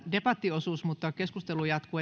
debattiosuuden mutta keskustelu jatkuu